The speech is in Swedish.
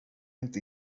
inte